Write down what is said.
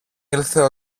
ήλθε